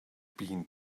been